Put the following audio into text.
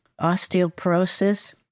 osteoporosis